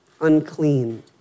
unclean